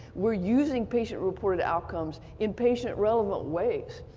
we're using patient-reported outcomes in patient-relevant ways.